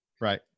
Right